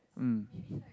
mm